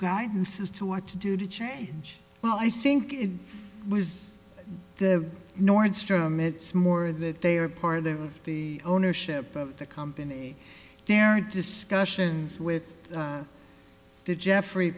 guidance as to what to do to change well i think it was the nordstrom it's more that they are part of the ownership of the company dared to scotians with the jeffrey